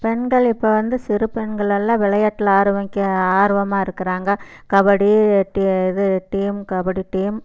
பெண்கள் இப்போ வந்து சிறுப்பெண்களெல்லாம் விளையாட்டுல ஆரம்பிக்க ஆர்வமாக இருக்கிறாங்க கபடி டே இது டீம் கபடி டீம்